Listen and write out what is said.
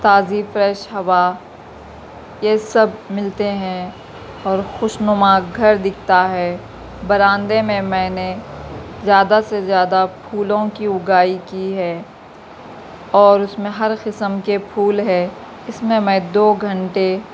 تازی فریش ہوا یہ سب ملتے ہیں اور خوش نماں گھر دکھتا ہے براندے میں میں نے زیادہ سے زیادہ پھولوں کی اگائی کی ہے اور اس میں ہر قسم کے پھول ہے اس میں میں دو گھنٹے